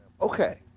okay